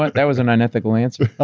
like that was an unethical answer.